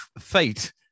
fate